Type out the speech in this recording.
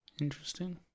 Interesting